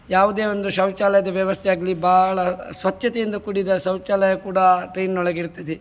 ಯಾವುದೇ ಒಂದು ಶೌಚಾಲಯದ ವ್ಯವಸ್ಥೆ ಆಗಲಿ ಭಾಳ ಸ್ವಚ್ಛತೆಯಿಂದ ಕೂಡಿದ ಶೌಚಾಲಯ ಕೂಡ ಟ್ರೈನ್ನೊಳಗಿರ್ತದೆ